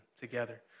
together